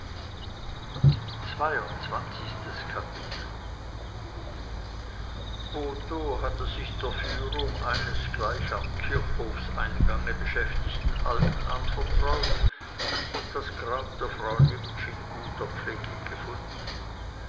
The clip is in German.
zweiundzwanzigstes kapitel botho hatte sich der führung eines gleich am kirchhofseingange beschäftigten alten anvertraut und das grab der frau nimptsch in guter pflege gefunden